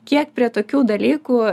kiek prie tokių dalykų